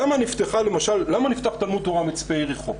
למה נפתח תלמוד תורה מצפה יריחו?